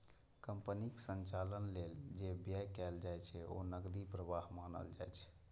कंपनीक संचालन लेल जे व्यय कैल जाइ छै, ओ नकदी प्रवाह मानल जाइ छै